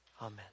Amen